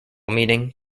meeting